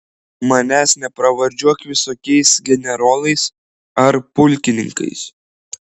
manęs nepravardžiuok visokiais generolais ar pulkininkais